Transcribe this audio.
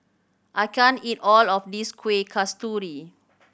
I can't eat all of this Kuih Kasturi